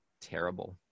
Terrible